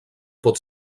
pot